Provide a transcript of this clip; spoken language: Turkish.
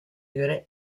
göre